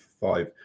five